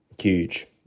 huge